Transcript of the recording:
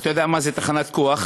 אתה יודע מה זה תחנת כוח?